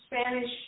Spanish